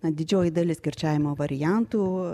na didžioji dalis kirčiavimo variantų